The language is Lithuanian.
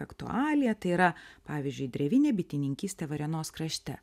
aktualija tai yra pavyzdžiui drevinė bitininkystė varėnos krašte